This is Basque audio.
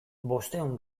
bostehun